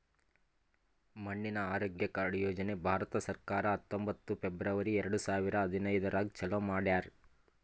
ಮಣ್ಣಿನ ಆರೋಗ್ಯ ಕಾರ್ಡ್ ಯೋಜನೆ ಭಾರತ ಸರ್ಕಾರ ಹತ್ತೊಂಬತ್ತು ಫೆಬ್ರವರಿ ಎರಡು ಸಾವಿರ ಹದಿನೈದರಾಗ್ ಚಾಲೂ ಮಾಡ್ಯಾರ್